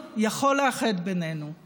הרי כבר לא נשארה קבוצה אחת במדינה שלא